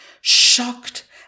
shocked